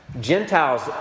Gentiles